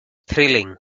thrilling